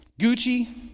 Gucci